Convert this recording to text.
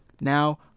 Now